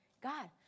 God